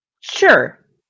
Sure